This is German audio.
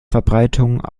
verbreitung